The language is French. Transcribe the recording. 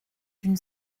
une